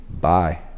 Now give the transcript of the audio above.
bye